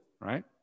right